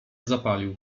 zapalił